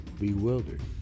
bewildered